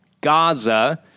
Gaza